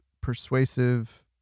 persuasive